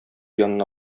янына